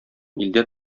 илдә